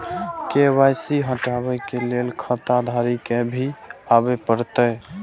KYC हटाबै के लैल खाता धारी के भी आबे परतै?